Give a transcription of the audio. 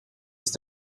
ist